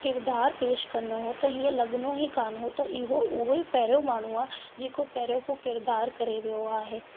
किरदार पेशु कंदो हो त हींअ लगंदो ई कोन्ह हो त इहो उहेई पहरियों माण्हू आहे जेको पहरियों हू किरदारु करे वियो आहे